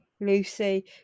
Lucy